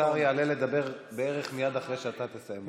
סגן השר יעלה לדבר בערך מייד אחרי שאתה תסיים.